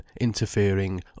interfering